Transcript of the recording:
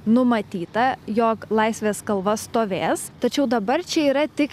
numatyta jog laisvės kalva stovės tačiau dabar čia yra tik